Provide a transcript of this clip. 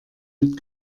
mit